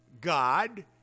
God